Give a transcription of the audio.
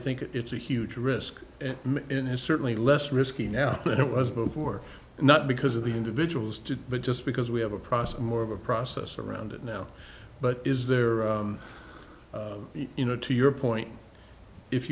think it's a huge risk in a certainly less risky now than it was before not because of the individuals did but just because we have a process more of a process around it now but is there you know to your point if